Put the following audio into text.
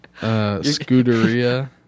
Scuderia